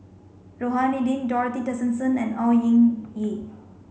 Rohani Din Dorothy Tessensohn and Au Hing Yee